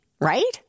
right